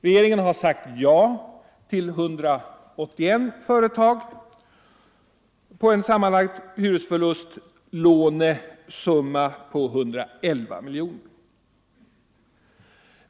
Regeringen har sagt ja till 181 företag och en sammanlagd hyresförlustlånesumma på 111 miljoner.